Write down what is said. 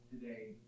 today